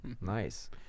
Nice